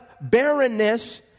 barrenness